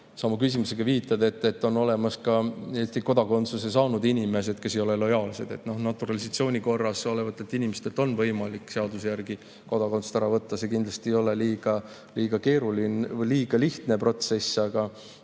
sa oma küsimuses viitad, et on olemas ka Eesti kodakondsuse saanud inimesed, kes ei ole lojaalsed – no naturalisatsiooni korras olevatelt inimestelt on võimalik seaduse järgi kodakondsust ära võtta. See kindlasti ei ole liiga lihtne protsess. Aga